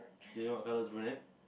you know what colour is brunette